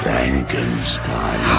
Frankenstein